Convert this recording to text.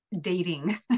dating